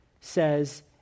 says